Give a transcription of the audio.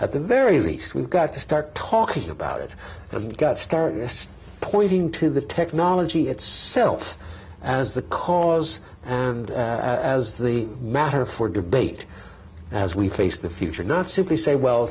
at the very least we've got to start talking about it i got started pointing to the technology itself as the cause as the matter for debate as we face the future not simply say well